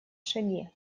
шаги